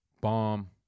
bomb